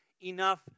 enough